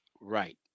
Right